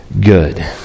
good